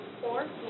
Four